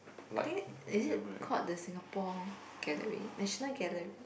I think is it called the Singapore Gallery National Gallery